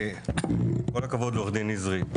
עם כל הכבוד לעורך הדין נזרי,